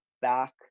back